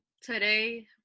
today